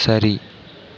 சரி